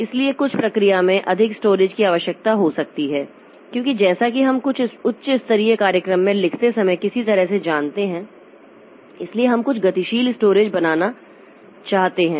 इसलिए कुछ प्रक्रिया में अधिक स्टोरेज की आवश्यकता हो सकती है क्योंकि जैसा कि हम कुछ उच्च स्तरीय कार्यक्रम में लिखते समय किसी तरह से जानते हैं इसलिए हम कुछ गतिशील स्टोरेज बनाना चाहते हैं